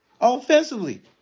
Offensively